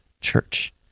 church